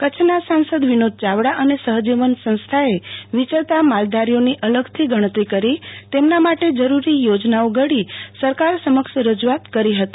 કચ્છના સાંસદ વિનોદ ચાવડા અને સહજીવન સંસ્થાએ વિચરતા માલધારીઓની અલગથી ગણતરી કરી તેમના માટે જરૂરી યોજનાઓ ઘડી સરકાર સમક્ષ રજૂઆત કરી હતી